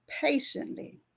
patiently